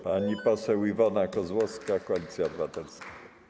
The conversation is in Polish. Pani poseł Iwona Kozłowska, Koalicja Obywatelska.